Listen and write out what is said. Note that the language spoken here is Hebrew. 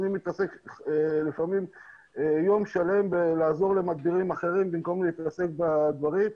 אני מתעסק לפעמים יום שלם בלעזור למדבירים אחרים במקום להתעסק בדברים,